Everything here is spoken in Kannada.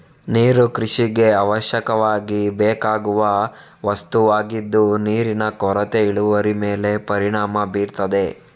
ನೀರು ಕೃಷಿಗೆ ಅವಶ್ಯಕವಾಗಿ ಬೇಕಾಗುವ ವಸ್ತುವಾಗಿದ್ದು ನೀರಿನ ಕೊರತೆ ಇಳುವರಿ ಮೇಲೆ ಪರಿಣಾಮ ಬೀರ್ತದೆ